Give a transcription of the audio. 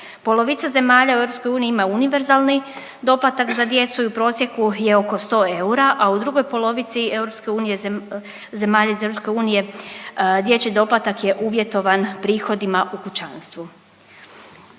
Polovica zemalja u EU ima univerzalni doplatak za djecu i u prosjeku je oko 100 eura, a u drugoj polovici EU zemalja iz EU, dječji doplatak je uvjetovan prihodima u kućanstvu.